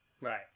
Right